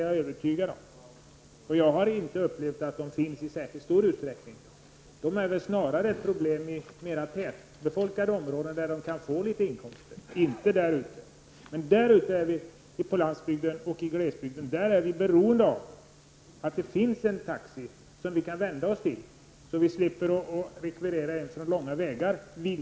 Jag har nämligen inte upplevt att de finns i särskilt stort antal. Snarare är de ett problem i mera tätbefolkade områden, där de har möjlighet att få litet inkomster. På landsbygden och i glesbygd är människorna beroende av att det finns taxiägare att vända sig till. Man skall inte behöva rekvirera en långväga taxi.